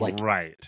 Right